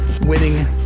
winning